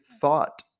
thought